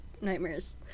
nightmares